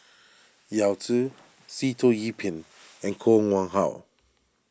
Yao Zi Sitoh Yih Pin and Koh Nguang How